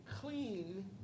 clean